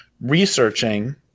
researching